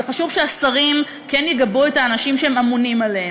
חשוב שהשרים כן יגבו את האנשים שהם אמונים עליהם.